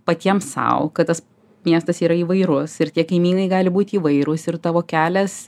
patiems sau kad tas miestas yra įvairus ir tie kaimynai gali būt įvairūs ir tavo kelias